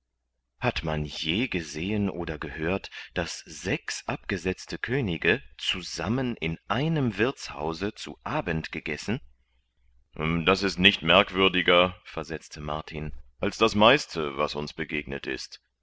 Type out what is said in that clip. hat man je gesehen oder gehört daß sechs abgesetzte könige zusammen in einem wirthshause zu abend gegessen das ist nicht merkwürdiger versetzte martin als das meiste was uns begegnet ist